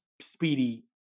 speedy